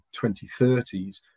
2030s